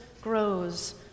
grows